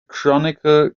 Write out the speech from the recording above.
chronicle